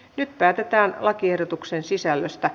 nyt päätetään lakiehdotuksen sisällöstä